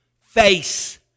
face